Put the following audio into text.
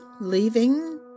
leaving